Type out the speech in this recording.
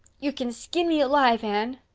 you can skin me alive, anne.